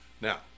Now